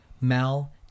Mal